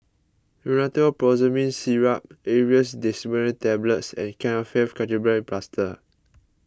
Rhinathiol Promethazine Syrup Aerius DesloratadineTablets and Kefentech Ketoprofen Plaster